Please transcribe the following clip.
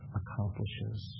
accomplishes